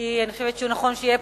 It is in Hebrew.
כי אני חושבת שנכון שהוא יהיה פה,